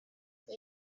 they